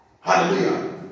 Hallelujah